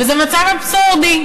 וזה מצב אבסורדי,